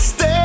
Stay